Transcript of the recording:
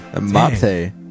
Mate